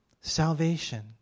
Salvation